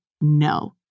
no